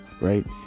right